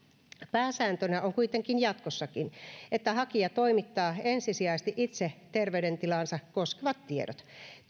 pääsääntönä on kuitenkin jatkossakin että hakija toimittaa ensisijaisesti itse terveydentilaansa koskevat tiedot